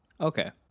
Okay